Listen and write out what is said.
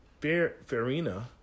Farina